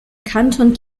kanton